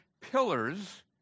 pillars